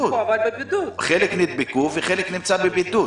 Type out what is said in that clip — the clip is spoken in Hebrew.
חלק נדבק וחלק נמצא בבידוד.